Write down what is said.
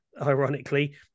ironically